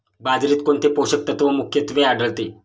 बाजरीत कोणते पोषक तत्व मुख्यत्वे आढळते?